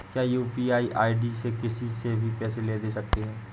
क्या UPI ID से किसी से भी पैसे ले दे सकते हैं?